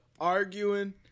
arguing